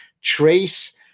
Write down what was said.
trace